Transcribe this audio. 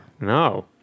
No